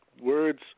words –